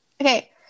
okay